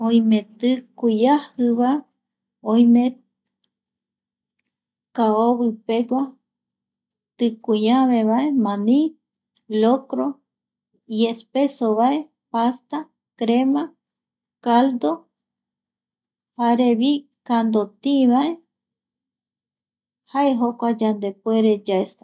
Oime tikuiajiva, oime (pausa) kaovipegua, tikui avevae, mani locro, i espesova pasta crema, caldo, jarevi kando tï vae jae jokuae yandepuere yaesa